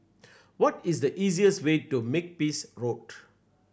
what is the easiest way to Makepeace Road